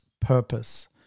purpose